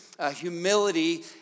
humility